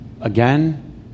Again